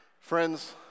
Friends